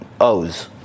o's